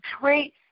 great